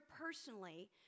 personally